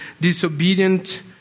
disobedient